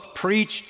preached